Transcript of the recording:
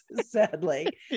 sadly